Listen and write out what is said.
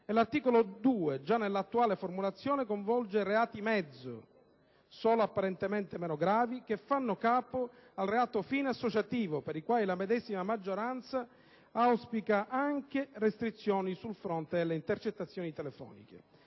L'articolo 2, già nella attuale formulazione, coinvolge reati-mezzo, solo apparentemente meno gravi, che fanno capo al reato-fine associativo, per i quali la medesima maggioranza auspica anche restrizioni sul fronte delle intercettazioni telefoniche.